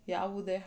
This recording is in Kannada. ಯಾವುದೇ ಹಣ್ಣನ್ನು